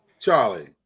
Charlie